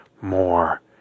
More